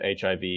HIV